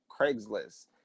Craigslist